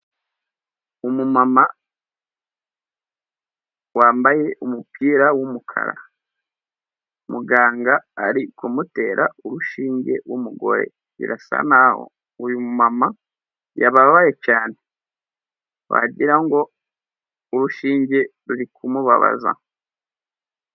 Umumama wambaye umupira w'umukara, muganga ari kumutera urushinge w'umugore birasa nkaho uyu mumama yababaye cyane wagira ngo urushinge ruri kumubabaza.